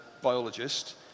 biologist